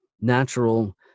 natural